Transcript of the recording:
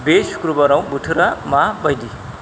बे सुख्रुबारआव बोथोरा मा बायदि